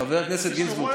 חבר הכנסת גינזבורג,